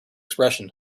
expression